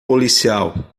policial